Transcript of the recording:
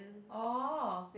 oh